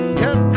yes